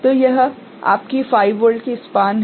तो यह आपकी 5 वोल्ट की स्पान है